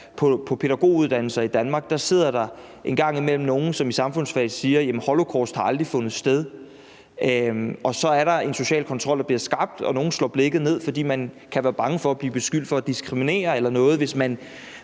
på pædagoguddannelser i Danmark en gang imellem sidder nogle, som i samfundsfag siger, at holocaust aldrig har fundet sted, og så er der en social kontrol, der bliver skabt, og nogle slår blikket ned, fordi man kan være bange for at blive beskyldt for at diskriminere eller noget, hvis man